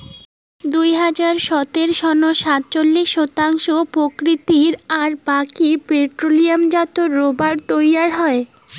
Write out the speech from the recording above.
দুই হাজার সতের সনত সাতচল্লিশ শতাংশ প্রাকৃতিক আর বাকি পেট্রোলিয়ামজাত রবার তৈয়ার হয়